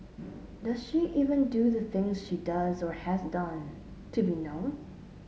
does she even do the things she does or has done to be known